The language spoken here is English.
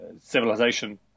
civilization